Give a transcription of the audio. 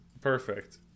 perfect